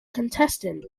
contestant